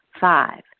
Five